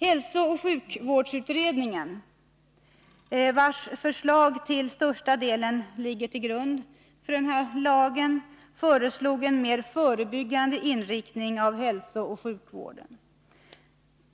Hälsooch sjukvårdsutredningen — vars förslag till största delen ligger till grund för den här lagen — föreslog en mer förebyggande inriktning av hälsooch sjukvården.